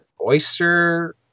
oyster